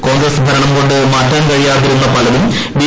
കോൺഗ്രസ് ഭരണം കൊണ്ട് മാറ്റാൻ കഴിയാതിരുന്ന പലതും ബി